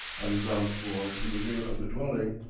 the ground floor in the rear of the dwelling,